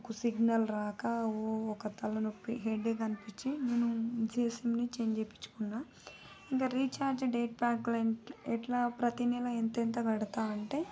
నాకు సిగ్నల్ రాక ఓ ఒక తలనొప్పి హెడేక్ అనిపించి నేను జియో సిమ్ని చేంజ్ చేపించుకున్నా ఇంక రీచార్జ్ డేట్ ప్యాక్లు ఎం ఎట్లా ప్రతి నెల ఎంతెంత కడతా అంటే